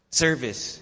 service